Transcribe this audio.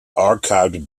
archived